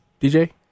DJ